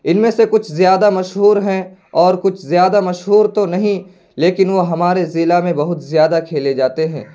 ان میں سے کچھ زیادہ مشہور ہیں اور کچھ زیادہ مشہور تو نہیں لیکن وہ ہمارے ضلع میں بہت زیادہ کھیلے جاتے ہیں